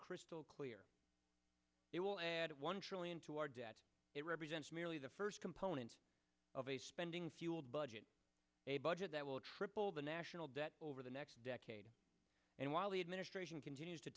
crystal clear it will add one trillion to our debt it represents merely the first component of a spending fueled budget a budget that will triple the national debt over the next decade and while the administration continues to